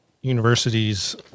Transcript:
universities